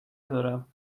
دارم